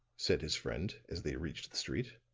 said his friend, as they reached the street.